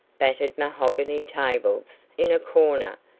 battered mahogany tables in a corner,